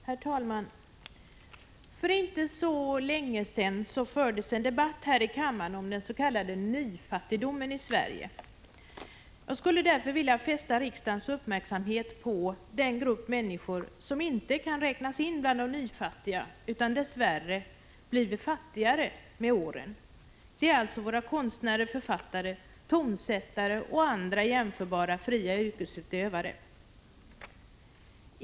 Herr talman! För inte så länge sedan fördes en debatt här i kammaren om den s.k. nyfattigdomen. Jag skulle vilja fästa riksdagens uppmärksamhet på den grupp människor som inte kan räknas in bland de nyfattiga, utan dess värre bara blivit fattigare med åren. Det är alltså våra konstnärer, författare, tonsättare och andra jämförbara fria yrkesutövare.